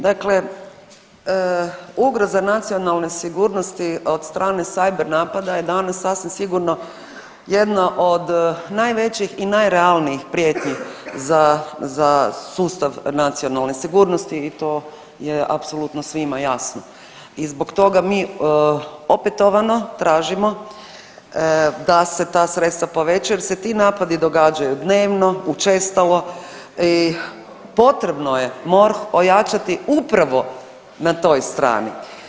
Dakle, ugroza nacionalne sigurnosti od strane cyber napada je danas sasvim sigurno jedna od najvećih i najrealnijih prijetnji za sustav nacionalne sigurnosti i to je apsolutno svima jasno i zbog toga mi opetovano tražimo da se ta sredstva povećaju jer se ti napadi događaju dnevno, učestalo i potrebno je MORH ojačati upravo na toj strani.